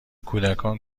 کودکان